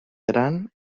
gran